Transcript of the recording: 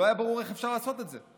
לא היה ברור איך אפשר לעשות את זה.